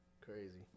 crazy